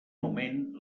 moment